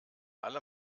alle